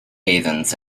athens